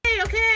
okay